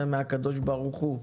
זה מהקדוש ברוך הוא,